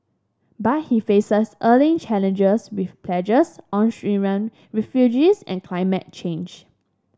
but he faces early challenges with pledges on Syrian refugees and climate change